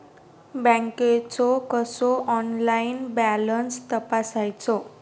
बँकेचो कसो online balance तपासायचो?